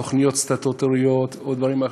תוכניות סטטוטוריות או דברים אחרים,